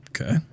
Okay